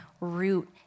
root